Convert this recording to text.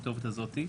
הכתובת הזאת.